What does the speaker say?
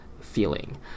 feeling